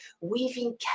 weaving